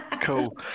cool